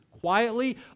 quietly